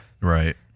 right